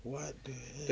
what the hell